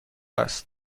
است